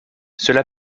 cela